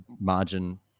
margin